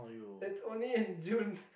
it's only June